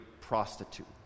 prostitute